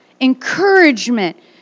encouragement